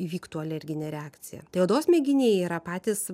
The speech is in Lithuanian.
įvyktų alerginė reakcija tai odos mėginiai yra patys